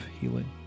healing